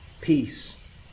Peace